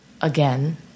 again